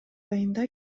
айында